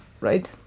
right